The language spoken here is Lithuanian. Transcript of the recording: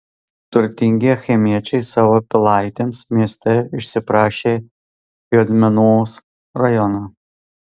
turtingi achemiečiai savo pilaitėms mieste išsiprašė juodmenos rajoną